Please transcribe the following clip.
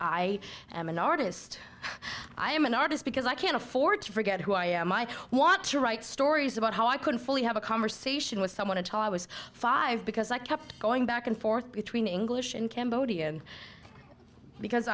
i am an artist i am an artist because i can't afford to forget who i am i want to write stories about how i couldn't fully have a conversation with someone to talk i was five because i kept going back and forth between english and cambodian because